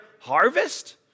harvest